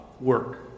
work